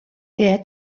der